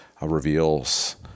reveals